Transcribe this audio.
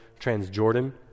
Transjordan